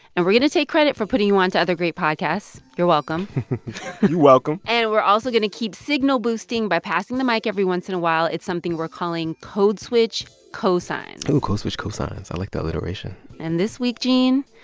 and we're going to take credit for putting you on to other great podcasts. you're welcome you're welcome and we're also going to keep signal-boosting by passing the mic every once in a while. it's something we're calling code switch cosigns oh, code switch cosigns i like the alliteration and this week, gene,